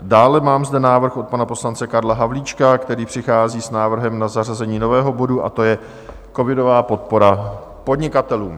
Dále mám zde návrh od pana poslance Karla Havlíčka, který přichází s návrhem na zařazení nového bodu, a to je Covidová podpora podnikatelům.